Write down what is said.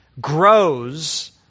grows